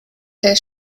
der